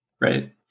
Right